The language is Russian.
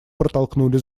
протолкнули